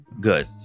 Good